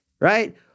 right